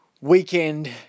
Weekend